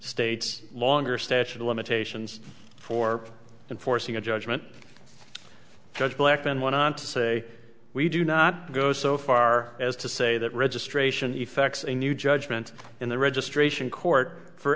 state's longer statute of limitations for enforcing a judgment judge blackman went on to say we do not go so far as to say that registration effects in new judgment in the registration court for